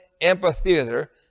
amphitheater